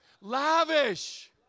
Lavish